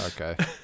okay